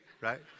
right